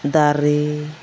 ᱫᱟᱨᱮ